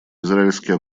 израильские